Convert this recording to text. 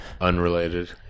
Unrelated